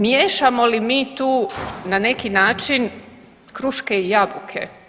Miješamo li mi tu na neki način kruške i jabuke?